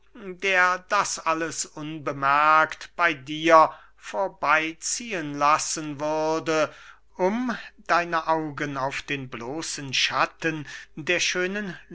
der das alles unbemerkt bey dir vorbeyziehen lassen würde um deine augen auf den bloßen schatten der schönen